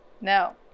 No